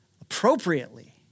appropriately